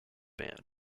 band